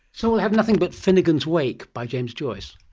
so we'll have nothing but finnegans wake by james joyce?